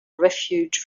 refuge